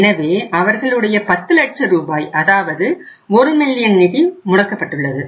எனவே அவர்களுடைய பத்து லட்ச ரூபாய் அதாவது ஒரு மில்லியன் நிதி முடக்கப்பட்டுள்ளது